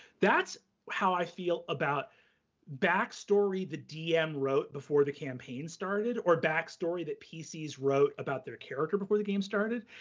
that's how i feel about backstory the dm wrote before the campaign started or backstory that pcs wrote about their character before the game started.